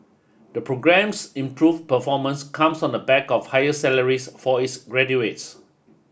the programme's improved performance comes on the back of higher salaries for its graduates